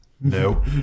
No